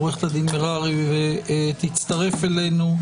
עו"ד מררי תצטרף אלינו,